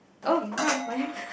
oh no my